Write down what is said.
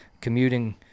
commuting